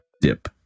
dip